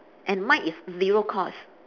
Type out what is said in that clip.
and mine is zero cost